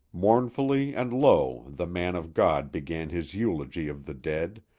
mournfully and low the man of god began his eulogy of the dead,